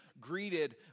greeted